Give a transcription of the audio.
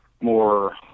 more